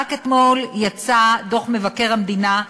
רק אתמול יצא דוח מבקר המדינה,